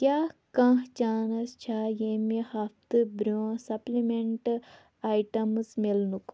کیٛاہ کانٛہہ چانس چھا ییٚمہِ ہفتہٕ برٛونٛہہ سپلِمٮ۪نٛٹ آیٹَمٕز میلنُکھ